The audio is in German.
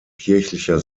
kirchlicher